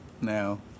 now